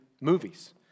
movies